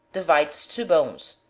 divides two bones,